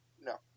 No